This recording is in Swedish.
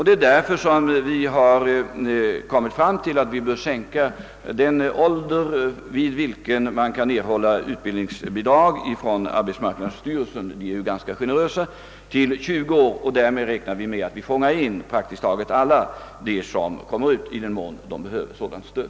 Det är därför vi har ansett oss böra sänka den ålder, vid vilken man kan erhålla utbildningsbidrag från arbetsmarknadsstyrelsen — bestämmelserna är ju ganska generösa — till 20 år. Därmed räknar vi med att fånga in praktiskt taget alla som rycker ut i den mån de behöver sådant stöd.